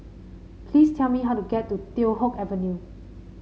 please tell me how to get to Teow Hock Avenue